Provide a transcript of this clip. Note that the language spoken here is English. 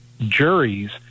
juries